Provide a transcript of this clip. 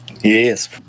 Yes